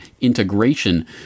integration